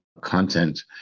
content